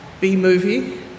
B-Movie